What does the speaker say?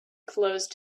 closed